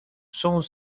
sont